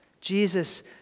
Jesus